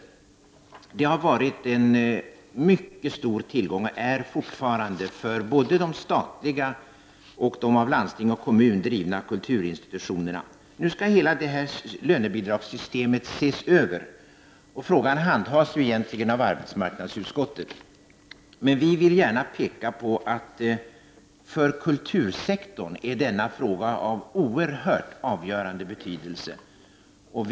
Dessa tjänster har varit och är fortfarande en mycket stor tillgång för de statliga och de av landsting och kommuner drivna kulturinstitutionerna. Nu skall hela detta lönebidragssystem ses över. Frågan handhas egentligen av arbetsmarknadsutskottet, men vi vill gärna peka på att denna fråga är helt avgörande för kultursektorn.